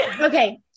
okay